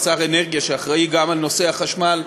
כשר האנרגיה שאחראי גם לנושא החשמל,